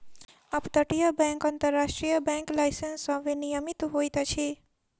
up तटीय bank अन्तर्राष्ट्रीय bank licence सॅ विनियमित होइत अछि